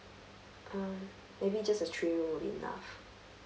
um maybe just a three room will be enough